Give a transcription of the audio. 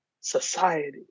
society